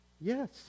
Yes